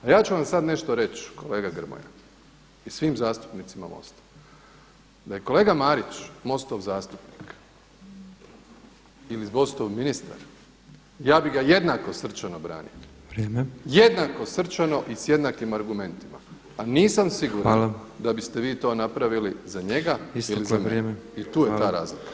A ja ću vam sada nešto reći kolega Grmoja i svim zastupnicima MOST-a, da je kolega Marić MOST-ov zastupnik ili MOST-ov ministar ja bih ga jednako srčano branio, jednako srčano i s jednakim argumentima a nisam siguran da biste vi to napravili za njega ili … i tu je ta razlika.